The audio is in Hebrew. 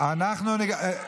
בושה מהלכת אתם.